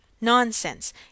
Nonsense